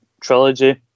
trilogy